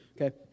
Okay